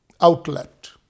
outlet